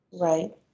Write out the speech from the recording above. Right